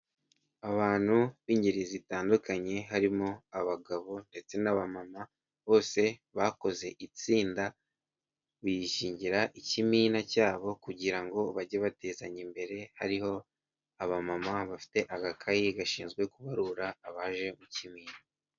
Abantu b'ingeri zitandukanye harimo abagabo ndetse n'abamama bose bakoze itsinda bishigira ikimina cyabo kugira ngo bajye batezanya imbere hariho abamama bafite agakayi gashinzwe kubarura abaje mu kimina.